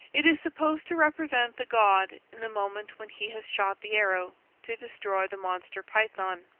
it is supposed to represent the god in the moment when he has shot the arrow to destroy the monster python.